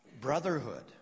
brotherhood